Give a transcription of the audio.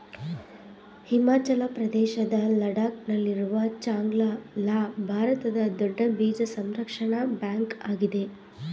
ಹಿಮಾಚಲ ಪ್ರದೇಶದ ಲಡಾಕ್ ನಲ್ಲಿರುವ ಚಾಂಗ್ಲ ಲಾ ಭಾರತದ ದೊಡ್ಡ ಬೀಜ ಸಂರಕ್ಷಣಾ ಬ್ಯಾಂಕ್ ಆಗಿದೆ